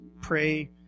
pray